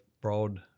broad